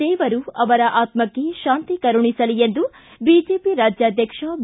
ದೇವರು ಅವರ ಆತ್ಮಕ್ಷ ಶಾಂತಿ ಕರುಣಿಸಲಿ ಎಂದು ಬಿಜೆಪಿ ರಾಜ್ಯಾಧ್ವಕ್ಷ ಬಿ